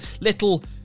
Little